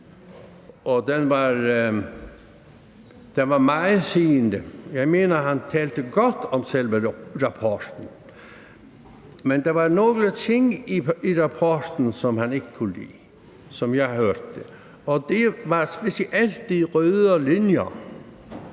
Og den var meget sigende. Jeg mener, han talte godt om selve rapporten. Men der var nogle ting i rapporten, som han ikke kunne lide, som jeg hørte det. Og det var alle de røde linjer,